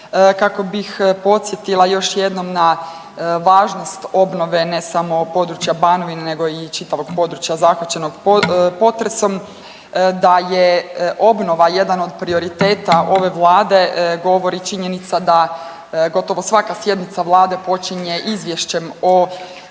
kako bih podsjetila još jednom na važnost obnove ne samo područja Banovine, nego i čitavog područja zahvaćenog potresom da je obnova jedan od prioriteta ove Vlade govori činjenica da gotovo svaka sjednica Vlade počinje Izvješćem o